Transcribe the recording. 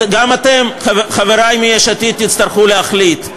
גם אתם, חברי מיש עתיד, תצטרכו להחליט,